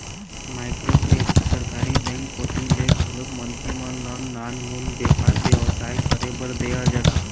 micro credit सरकारी bank कोती ले घलोक मनखे मन ल नानमुन बेपार बेवसाय करे बर देय जाथे